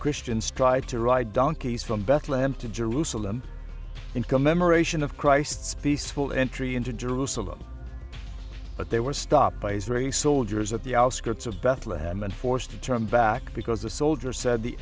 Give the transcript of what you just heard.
christians tried to ride donkeys from bethlehem to jerusalem in commemoration of christ's peaceful entry into jerusalem but they were stopped by israeli soldiers at the outskirts of bethlehem and forced to turn back because the soldier said the